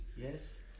Yes